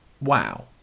wow